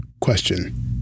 Question